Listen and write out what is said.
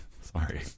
Sorry